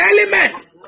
element